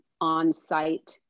on-site